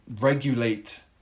regulate